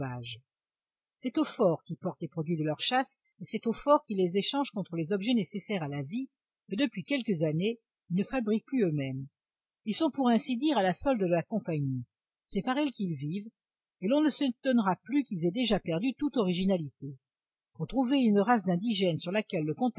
c'est aux forts qu'ils portent les produits de leur chasse et c'est aux forts qu'ils les échangent contre les objets nécessaires à la vie que depuis quelques années ils ne fabriquent plus euxmêmes ils sont pour ainsi dire à la solde de la compagnie c'est par elle qu'ils vivent et l'on ne s'étonnera plus qu'ils aient déjà perdu toute originalité pour trouver une race d'indigènes sur laquelle le